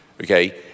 okay